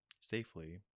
safely